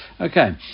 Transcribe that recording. Okay